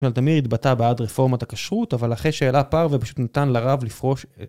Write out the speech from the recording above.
תמיר התבטא בעד רפורמת הכשרות, אבל אחרי שאלה פרווה, פשוט ניתן לרב לפרוש...